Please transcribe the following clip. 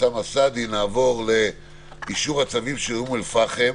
אוסמה סעדי לאישור הצווים של אום אל פאחם.